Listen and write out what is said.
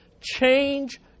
Change